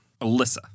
Alyssa